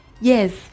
Yes